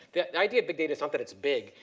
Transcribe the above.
the idea of big data is not that it's big.